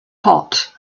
hot